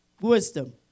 wisdom